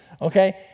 okay